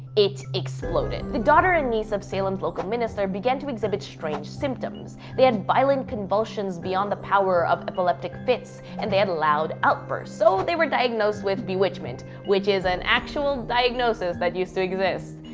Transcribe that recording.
it exploded. the daughter and niece of salem's local minister began to exhibit strange symptoms they had violent convulsions beyond the power of epileptic fits and they had loud outbursts and so they were diagnosed with bewitchment, which is an actual diagnosis that used to exist.